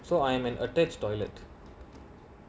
so I am an attached toilet